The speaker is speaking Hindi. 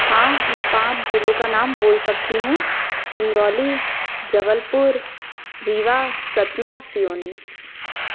हाँ मैं पाँच जिलों का नाम बोल सकती हूँ सिंगरौली जबलपुर रीवा सतना सिवनी